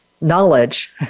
knowledge